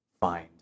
find